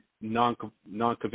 non-conventional